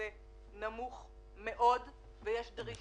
כשישב פה מנהל רשות המיסים לפני חודש אמרנו לו: מה אתה דוחה,